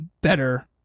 better